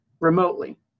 remotely